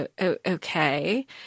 okay